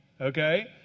Okay